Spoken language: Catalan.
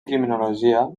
criminologia